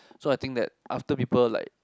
so I think that after people like